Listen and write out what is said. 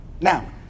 Now